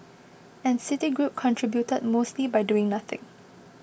and Citigroup contributed mostly by doing nothing